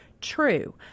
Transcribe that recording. True